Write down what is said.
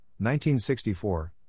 1964